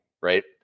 right